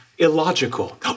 illogical